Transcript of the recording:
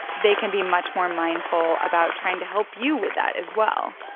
they can be much more mindful about trying to help you with that as well.